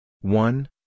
One